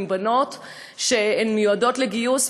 עם בנות שמיועדות לגיוס,